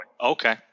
Okay